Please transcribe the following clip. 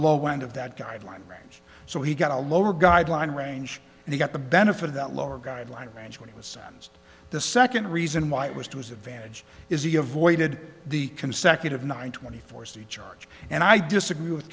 low end of that guideline range so he got a lower guideline range and he got the benefit of that lower guideline range when he was sentenced the second reason why it was to his advantage is he avoided the consecutive nine twenty four c charge and i disagree with